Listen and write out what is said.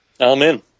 Amen